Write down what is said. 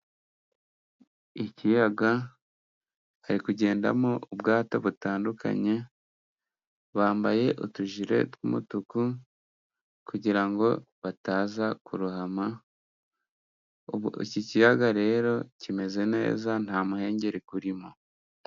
Ikiyaga hari kugendamo ubwato butandukanye, bambaye utujire tw'umutuku kugira ngo bataza kurohama, iki kiyaga rero kimeze neza nta muhengeri urimo.